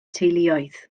teuluoedd